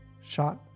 shot